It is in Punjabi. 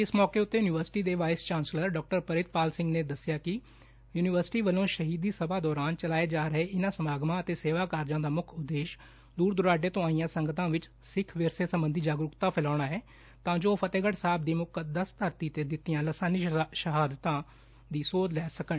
ਇਸ ਮੌਕੇ ਉਤੇ ਯੁਨੀਵਰਸਿਟੀ ਦੇ ਵਾਇਸ ਚਾਂਸਲਰ ਡਾ ਪਰਿਤਪਾਲ ਸਿੰਘ ਨੇ ਦਸਿਆ ਕਿ ਯੁਨੀਵਰਸਿਟੀ ਵੱਲੋਂ ਸ਼ਹੀਦੀ ਸਭਾ ਦੌਰਾਨ ਚਲਾਏ ਜਾ ਰਹੇ ਇਨਾਂ ਸਮਾਗਮਾਂ ਅਤੇ ਸੇਵਾ ਕਾਰਜ ਦਾ ਮੁੱਖ ਉਦੇਸ਼ ਦੁਰ ਦੁਰਾਡੇ ਤੋਂ ਆਈਆਂ ਸੰਗਤਾਂ ਵਿਚ ਸਿੱਖ ਵਿਰਸੇ ਸਬੰਧੀ ਜਾਗਰੁਕਤਾ ਫੈਲਾਉੱਣਾ ਏ ਤਾਂ ਜੋ ਕਿ ਉਹ ਫਤਹਿਗੜ ਸਾਹਿਬ ਦੀ ਮੁਕੱਦਸ ਧਰਤੀ ਤੇ ਦਿਤੀਆਂ ਲਾਸ਼ਾਨੀ ਸ਼ਹਾਦਤਾਂ ਤੋਂ ਸੇਧ ਲੈ ਸਕਣ